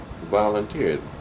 volunteered